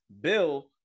Bill